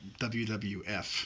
WWF